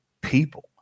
people